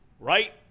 Right